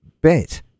bit